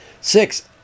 Six